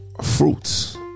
fruits